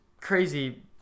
crazy